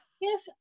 Yes